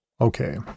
okay